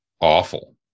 awful